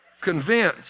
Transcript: convinced